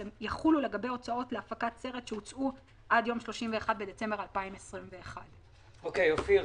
אבל יחולו לגבי הוצאות להפקת סרט שהוצאו עד 31 בדצמבר 2021. אופיר,